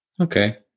Okay